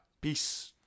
peace